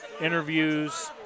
interviews